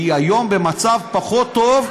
היום היא במצב פחות טוב.